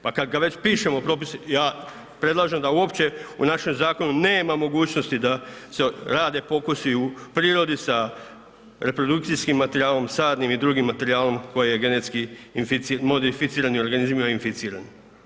Pa kada već pišemo propise ja predlažem da uopće u našem zakonu nema mogućnosti da se rade pokusi u prirodi sa reprodukcijskim materijalom, sadnim i drugim materijalom koji je genetski modificiran i organizmima inficiran.